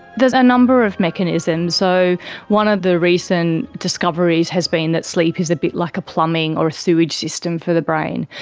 there's a number of mechanisms. so one of the recent discoveries has been that sleep is a bit like a plumbing or a sewage system for the brain.